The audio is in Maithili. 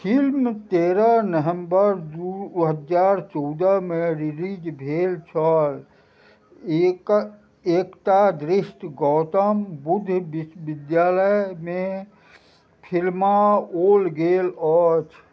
फिल्म तेरह नवम्बर दू हजार चौदहमे रिलीज भेल छल एक एकटा दृष्ट गौतम बुद्ध विश्वविद्यालयमे फिल्माओल गेल अछि